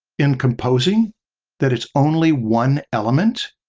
in composing that it's only one element?